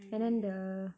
and then the